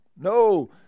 No